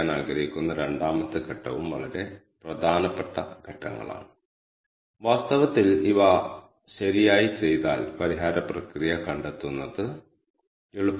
names ഒന്നായി വ്യക്തമാക്കിയിട്ടുണ്ട് data വായിക്കാൻ ഞാൻ ആഗ്രഹിക്കുന്ന ഫയൽ നെയിം ഇതാണ്